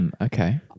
Okay